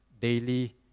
daily